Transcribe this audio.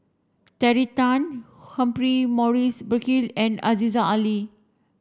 Terry Tan Humphrey Morrison Burkill and Aziza Ali